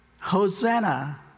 Hosanna